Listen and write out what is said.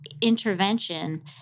intervention